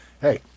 hey